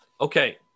okay